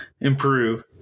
improve